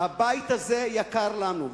שהבית הזה יקר לנו.